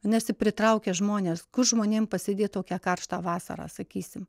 nes pritraukia žmones kur žmonėm pasėdėt tokią karštą vasarą sakysim